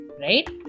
right